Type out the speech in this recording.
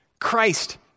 Christ